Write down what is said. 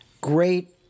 Great